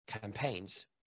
campaigns